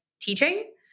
teaching